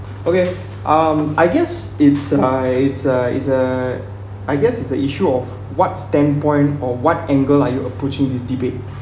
okay um I guess it's uh it's uh it's uh I guess it is a issue of what standpoint or what angle are you approaching this debate